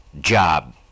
job